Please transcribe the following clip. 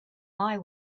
eye